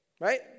Right